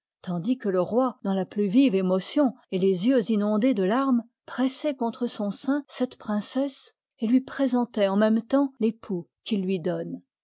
tandis que le roi dans la plus vive émotion et les yeux inondés de larmes pressoit contre son sein cette princesse et lui présentoit en même temps tépoux qu'il lui donne